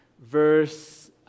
verse